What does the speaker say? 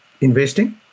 investing